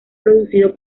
producido